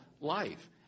life